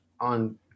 on